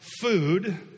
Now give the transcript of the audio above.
food